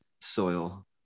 soil